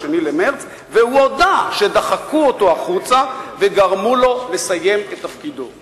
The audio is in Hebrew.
והוא הודה שדחקו אותו החוצה וגרמו לו לסיים את תפקידו.